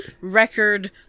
record